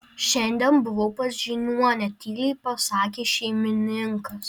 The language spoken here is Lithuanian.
šiandien buvau pas žiniuonę tyliai pasakė šeimininkas